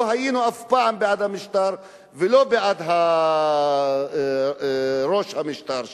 לא היינו אף פעם בעד המשטר ולא בעד ראש המשטר שם.